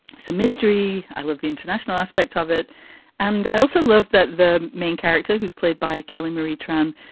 it's a mystery. i love the international aspect of it and i also love that the main character who's played by kelly marie tran,